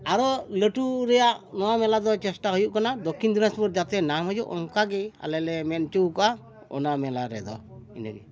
ᱟᱨᱚ ᱞᱟᱹᱴᱩ ᱨᱮᱱᱟᱜ ᱱᱚᱣᱟ ᱢᱮᱞᱟ ᱫᱚ ᱪᱮᱥᱴᱟ ᱦᱩᱭᱩᱜ ᱠᱟᱱᱟ ᱫᱚᱠᱠᱷᱤᱱ ᱫᱤᱱᱟᱡᱽᱯᱩᱨ ᱡᱟᱛᱮ ᱱᱟᱢ ᱦᱩᱭᱩᱜ ᱚᱱᱠᱟ ᱜᱮ ᱟᱞᱮᱞᱮ ᱢᱮᱱ ᱦᱚᱪᱚᱣ ᱠᱟᱜᱼᱟ ᱚᱱᱟ ᱢᱮᱞᱟ ᱨᱮᱫᱚ ᱤᱱᱟᱹᱜᱮ